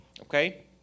Okay